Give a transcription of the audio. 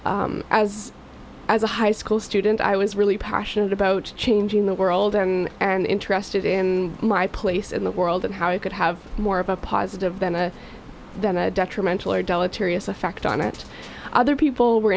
was a high school student i was really passionate about changing the world and interested in my place in the world and how it could have more of a positive benefit than a detrimental or deleterious effect on it other people were